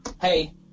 hey